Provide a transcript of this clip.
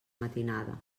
matinada